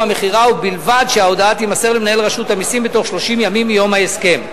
המכירה ובלבד שההודעה תימסר למנהל רשות המסים בתוך 30 ימים מיום ההסכם.